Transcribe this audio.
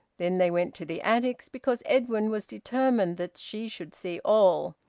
then they went to the attics, because edwin was determined that she should see all.